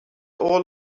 all